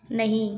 नहीं